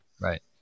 Right